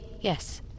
Yes